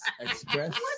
express